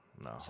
No